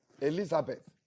elizabeth